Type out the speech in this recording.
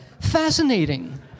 fascinating